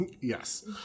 Yes